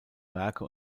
werke